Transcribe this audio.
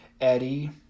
eddie